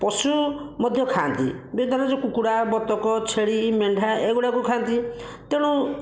ପଶୁ ମଧ୍ୟ ଖାଆନ୍ତି ଧର କୁକୁଡ଼ା ବତକ ଛେଳି ମେଣ୍ଢା ଏଗୁଡ଼ାକୁ ଖାଆନ୍ତି ତେଣୁ